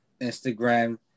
instagram